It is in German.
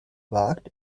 wagt